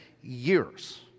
years